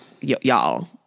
y'all